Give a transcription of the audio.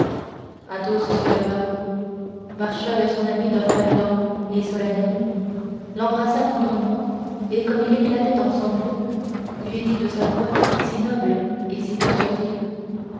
maîtresse athos se leva marcha vers son ami d'un pas lent et solennel l'embrassa tendrement et comme il éclatait en sanglots il lui dit de sa voix si noble et si persuasive